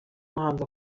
muhanzi